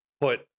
put